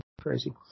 crazy